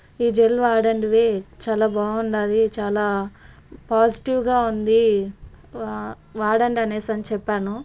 ఈ జెల్ వాడండి వే చాలా బాగుంది చాలా పాజిటివ్గా ఉంది వా వాడండి అని అని చెప్పాను